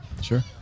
Sure